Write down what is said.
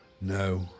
No